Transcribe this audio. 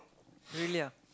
really ah